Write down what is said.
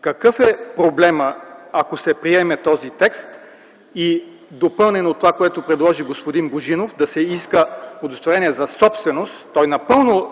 Какъв е проблемът, ако се приеме този текст? И допълнен от това, което предложи господин Божинов, да се иска удостоверение за собственост, той напълно